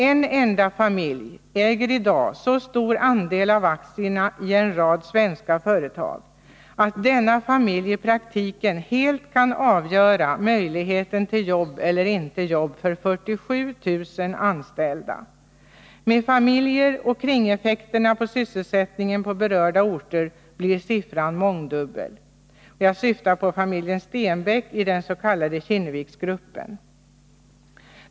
En enda familj äger i dag så stor andel av aktierna i en rad svenska företag att denna familj i praktiken helt kan avgöra möjligheten till jobb eller inte jobb för 47 000 anställda. Med familjer och kring-effekterna på sysselsättningen på berörda orter blir siffran många gånger större. Jag syftar på familjen Stenbäck i den s.k. Kinneviksgruppen.